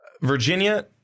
Virginia